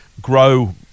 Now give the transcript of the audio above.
grow